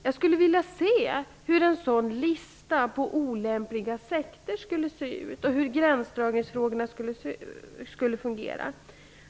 Jag skulle vilja se hur en lista på olämpliga sekter skulle se ut och hur gränsdragningen i så fall skulle fungera.